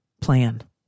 plan